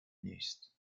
نیست